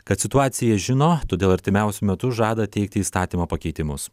kad situaciją žino todėl artimiausiu metu žada teikti įstatymo pakeitimus